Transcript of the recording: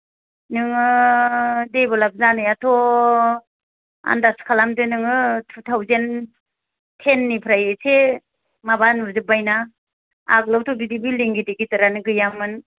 नोङो देभेलाभ जानायाथ' आनदाज खालामदो नोङो थु थावजेन थेन निफ्राय एसे माबा नुजोब्बाय ना आगोलावथ' बिदि बिलदिं गिदिर गिदिरानो गैयामोन